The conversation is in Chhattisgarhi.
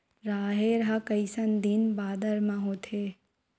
राहेर ह कइसन दिन बादर म होथे?